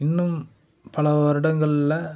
இன்னும் பல வருடங்களில்